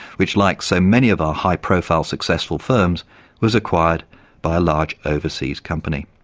which like so many of our high-profile successful firms was acquired by a large overseas company.